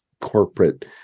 corporate